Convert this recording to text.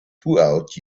throughout